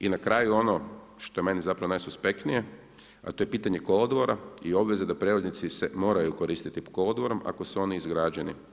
I na kraju ono što je meni zapravo najsuspektnije, a to je pitanje kolodvora i obveze da prijevoznici se moraju koristiti kolodvorom ako su oni izgrađeni.